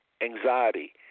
anxiety